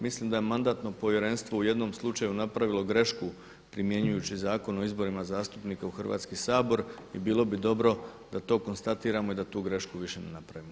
Mislim da je Mandatno povjerenstvo u jednom slučaju napravilo grešku primjenjujući Zakon o izborima zastupnika u Hrvatski sabor i bilo bi dobro da to konstatiramo i da tu grešku više ne napravimo.